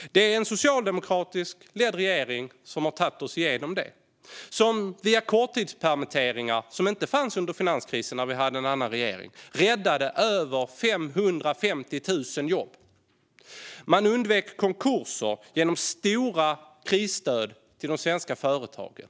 Det är en socialdemokratiskt ledd regering som har tagit oss igenom detta och som via korttidspermitteringar - vilket inte fanns under finanskrisen, när vi hade en annan regering - har räddat över 550 000 jobb. Man har undvikit konkurser genom stora krisstöd till de svenska företagen.